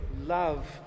love